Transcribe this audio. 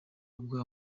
ubwo